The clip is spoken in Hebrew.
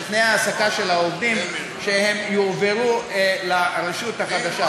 תנאי ההעסקה של העובדים ושהם יועברו לרשות החדשה.